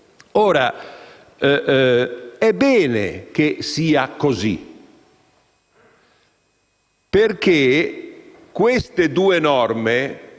Ora, è bene che sia così perché queste due norme,